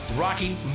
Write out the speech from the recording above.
Rocky